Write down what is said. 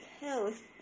Health